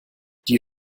die